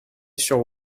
sur